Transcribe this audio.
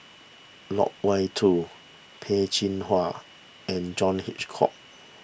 Loke Wan Tho Peh Chin Hua and John Hitchcock